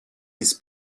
his